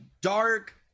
dark